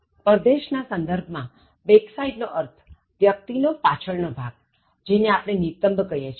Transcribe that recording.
પરદેશ ના સંદર્ભ માં Back side નો અર્થ વ્યક્તિ નો પાછળ નો ભાગ જેને આપણે નિતંબ કહીએ છીએ